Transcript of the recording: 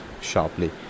sharply